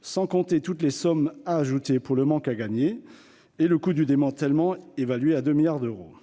sans compter toutes les sommes à ajouter pour le manque à gagner ; le coût du démantèlement est évalué à 2 milliards d'euros.